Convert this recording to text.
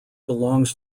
belongs